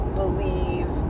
believe